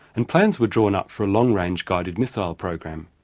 and plans were drawn up for a long-range guided missile program.